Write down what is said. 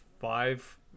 five